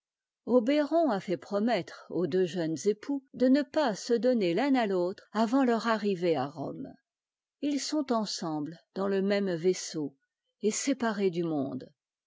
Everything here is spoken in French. obéron a fait promettre aux deux jeunes époux de ne pas se donner l'un à l'autre avant leur arrivée à rome ils sont ensemble dans le même vaisseau et séparés du monde